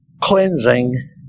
cleansing